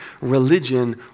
religion